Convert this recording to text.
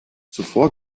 zuvor